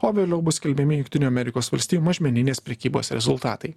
o vėliau bus skelbiami jungtinių amerikos valstijų mažmeninės prekybos rezultatai